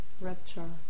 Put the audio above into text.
rapture